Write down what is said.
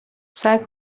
سعی